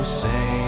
say